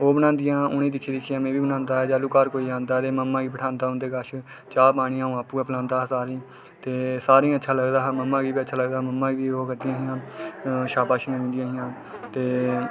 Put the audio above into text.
ओह् बनांदियां हियां उ'नेंगी दिक्खियै दिक्खियै में बी बनांदा हा जदूं घर कोई आंदा हा ते मम्मा गी ओहदे कोल बठांदा हा उनदे कश चा पानी अ'ऊं आपूं बनांदा हा ते सारें गी अच्छा लगदा हा मम्मा गीओह् करदियां हियां शाबाशी दिंदियां